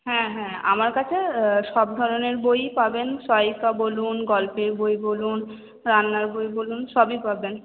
হ্যাঁ হ্যাঁ আমার কাছে সব ধরনের বই পাবেন সহায়িকা বলুন গল্পের বই বলুন রান্নার বই বলুন সবই পাবেন